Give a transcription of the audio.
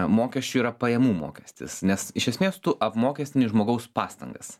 mokesčių yra pajamų mokestis nes iš esmės tu apmokestini žmogaus pastangas